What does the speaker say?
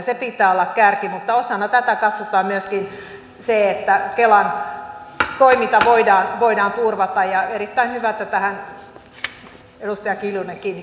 sen pitää olla kärki mutta osana tätä katsotaan myöskin se että kelan toiminta voidaan turvata ja erittäin hyvä että tähän edustaja kiljunen kiinnitti huomiota